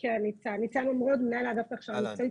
ניצן ממרוד, המנהל האגף להכשרה מקצועית.